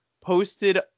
posted